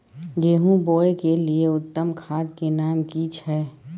गेहूं बोअ के लिये उत्तम खाद के नाम की छै?